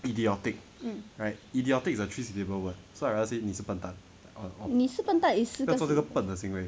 mm 你是笨蛋 is 是